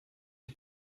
die